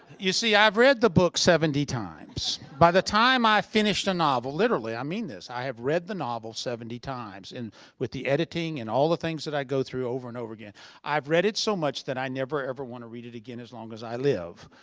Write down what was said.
you see, i've read the book seventy times. by the time i finish a novel, literally, i mean this, i have read the novel seventy times and with the editing and all the things i go through over and over again. i've read it so much that i never ever want to read it again as long as i live.